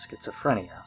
schizophrenia